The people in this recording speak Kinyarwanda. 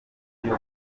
buryo